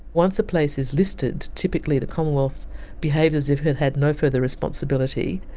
once a place is listed, typically the commonwealth behaves as if it had no further responsibility,